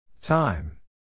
time